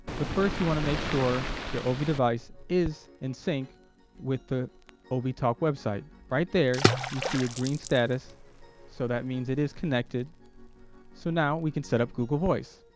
but first you want to make sure your device is in sync with the ah ob toc website right there you see a green status so that means it is connected so now we can set up google voice